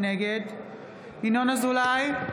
נגד ינון אזולאי,